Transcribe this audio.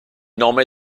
nome